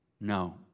No